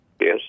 Yes